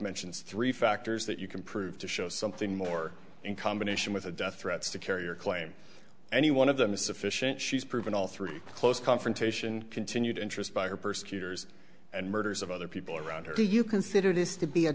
mentions three factors that you can prove to show something more in combination with a death threats to carry or claim any one of them is sufficient she's proven all three close confrontation continued interest by her persecutors and murders of other people around her do you consider this to be a